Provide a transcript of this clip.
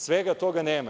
Svega toga nema.